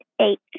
eight